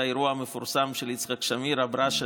זו האירוע המפורסם שבו יצחק שמיר אמר "אברשה,